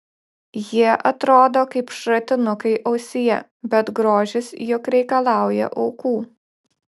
jie atrodo kaip šratinukai ausyje bet grožis juk reikalauja aukų